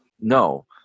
No